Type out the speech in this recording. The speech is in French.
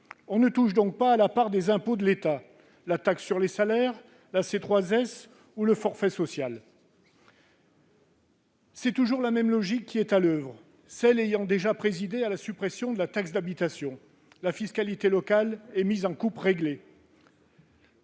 On ne touche donc pas aux impôts de l'État, tels que la taxe sur les salaires, la C3S ou le forfait social. C'est toujours la même logique qui est à l'oeuvre, celle ayant déjà présidé à la suppression de la taxe d'habitation. La fiscalité locale est mise en coupe réglée.